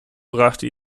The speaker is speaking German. brachte